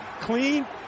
clean